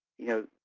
you know,